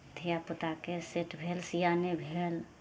धियापुताके सेट भेल स्याने भेल